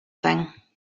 thing